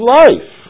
life